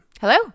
Hello